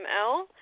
ML